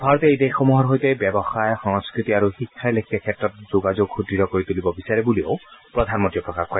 ভাৰতে এই দেশসমূহৰ সৈতে ব্যৱসায় সংস্কৃতি আৰু শিক্ষাৰ লেখিয়া ক্ষেত্ৰত যোগাযোগ সুদৃঢ় কৰি তুলিব বিচাৰে বুলিও প্ৰধানমন্ত্ৰীয়ে প্ৰকাশ কৰে